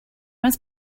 must